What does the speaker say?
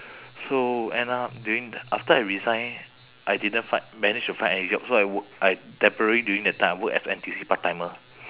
so end up during after I resign I didn't find manage to find any job so I work I temporary during that time I work as N_T_U_C part-timer